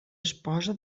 esposa